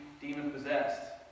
demon-possessed